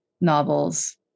novels